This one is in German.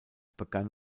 begann